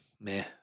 Meh